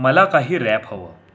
मला काही रॅप हवं